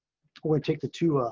we take the two ah